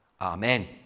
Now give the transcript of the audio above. Amen